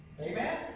Amen